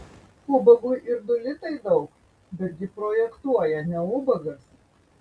ubagui ir du litai daug betgi projektuoja ne ubagas